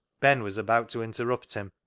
ben was about to interrupt him,